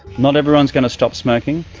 not everyone's going to stop smoking,